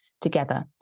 together